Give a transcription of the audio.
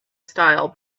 style